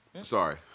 Sorry